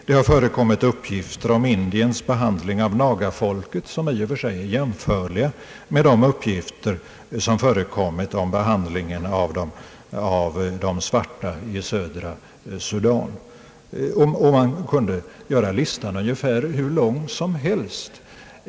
Det har förekommit uppgifter om Indiens behandling av nagafolket, som i och för sig är jämförliga med de uppgifter som förekommit om behandlingen av de svarta i södra Sudan. Man skulle kunna göra listan nästan hur lång som helst.